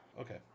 Okay